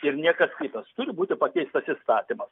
ir niekas kitas turi būti pakeistas įstatymas